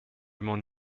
m’en